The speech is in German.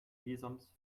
visums